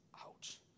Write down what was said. Ouch